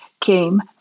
came